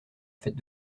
fête